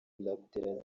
abdel